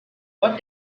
what